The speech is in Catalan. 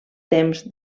temps